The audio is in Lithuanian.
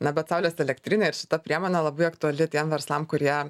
na bet saulės elektrinė ir šita priemonė labai aktuali tiem verslam kurie